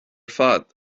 fad